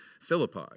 Philippi